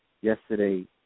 yesterday